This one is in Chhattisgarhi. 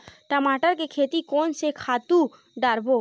टमाटर के खेती कोन से खातु डारबो?